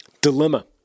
Dilemma